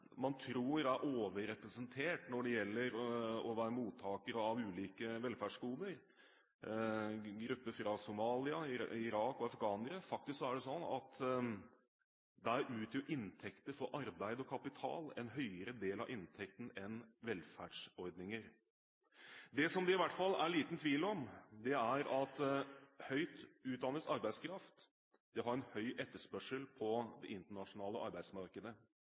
man tror er overrepresentert når det gjelder å være mottaker av ulike velferdsgoder – grupper fra Somalia, Irak og afghanere – er det faktisk sånn at inntekter fra arbeid og kapital utgjør en høyere del enn velferdsordninger. Det er i hvert fall liten tvil om at høyt utdannet arbeidskraft har en høy etterspørsel på det internasjonale arbeidsmarkedet,